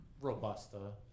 Robusta